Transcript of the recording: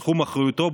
בתחום אחריותו,